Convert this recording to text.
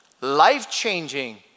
life-changing